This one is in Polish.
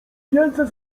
wielce